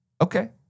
Okay